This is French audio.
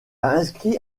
inscrit